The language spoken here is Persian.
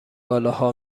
بالاها